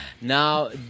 Now